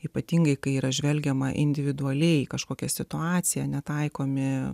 ypatingai kai yra žvelgiama individualiai kažkokia situacija netaikomi